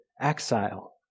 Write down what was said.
exile